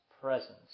presence